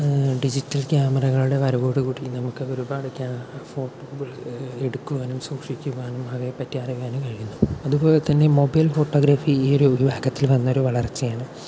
digital ക്യാമറകളുടെ വരവോടു കൂടി നമുക്ക് ഒരുപാട് ക്യാ ഫോട്ടോകൾ എടുക്കുവാനും സൂക്ഷിക്കുവാനും അവയെ പറ്റി അറിയുവാനും കഴിയുന്നു അതുപോലെ തന്നെ മൊബൈൽ ഫോട്ടോഗ്രാഫി ഈ ഒരു വിഭാഗത്തിൽ വന്ന ഒരു വളർച്ചയാണ്